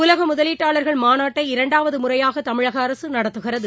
உலகமுதலீட்டாளர்கள் மாநாட்டை இரண்டாவதுமுறையாகதமிழகஅரசுநடத்துகிறது